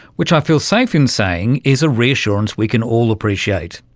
which, i feel safe in saying, is a reassurance we can all appreciate.